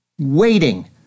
waiting